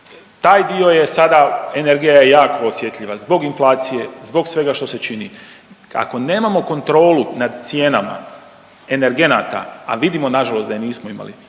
taj dio je sada, energija je jako osjetljiva zbog inflacije, zbog svega što se čini. Ako nemamo kontrolu nad cijenama energenata, a vidimo nažalost da je nismo imali.